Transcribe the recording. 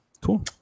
Cool